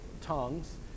tongues